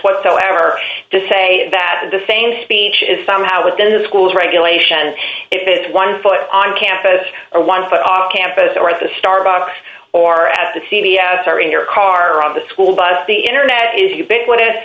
whatsoever to say that the same speech is somehow within the school's regulations if it's one foot on campus or one foot off campus or at the starbucks or at the t v s are in your car on the school bus the internet is ubiquitous